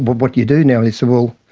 what do you do now? he said, well,